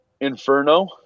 Inferno